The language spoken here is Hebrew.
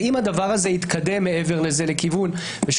ואם הדבר הזה יתקדם מעבר לזה שוב,